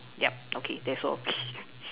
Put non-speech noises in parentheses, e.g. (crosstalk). yup okay that's all (laughs)